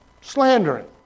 slandering